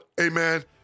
amen